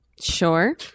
Sure